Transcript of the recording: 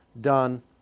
done